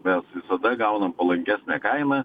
mes visada gaunam palankesnę kainą